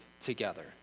together